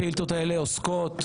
השאילתות האלה עוסקות